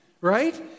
right